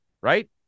right